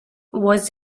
was